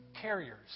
carriers